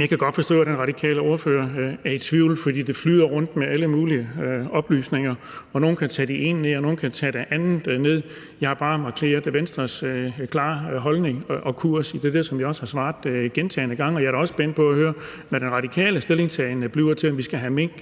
Jeg kan godt forstå, at den radikale ordfører er i tvivl, fordi det flyver rundt med alle mulige oplysninger, og nogle kan tage det ene ned, og andre kan tage det andet ned. Jeg har bare markeret Venstres klare holdning og kurs i det, som jeg også har svaret på gentagne gange, og jeg er da også spændt på at høre, hvad den radikale stillingtagen bliver til, om vi skal have mink